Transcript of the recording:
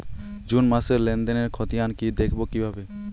June মাসের লেনদেনের খতিয়ান দেখবো কিভাবে?